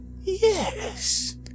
Yes